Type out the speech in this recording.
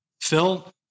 Phil